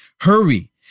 Hurry